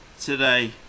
today